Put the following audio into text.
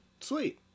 Sweet